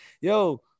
Yo